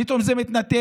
פתאום זה מתנתק.